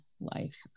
life